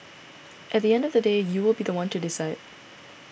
at the end of the day you will be the one to decide